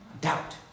Doubt